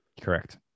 Correct